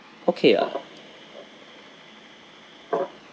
okay uh